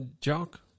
Jock